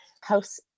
house